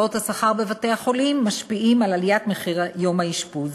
הוצאות השכר בבתי-החולים משפיעות על עליית מחירי יום האשפוז.